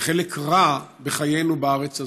וחלק רע מחיינו בארץ הזאת.